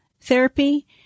therapy